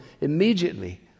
immediately